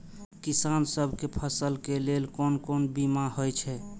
किसान सब के फसल के लेल कोन कोन बीमा हे छे?